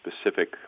specific